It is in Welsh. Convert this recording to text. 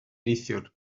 neithiwr